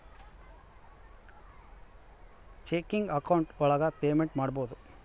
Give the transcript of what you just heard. checking account ಒಳಗ payment ಮಾಡ್ಬೋದು